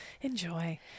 Enjoy